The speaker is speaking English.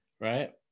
Right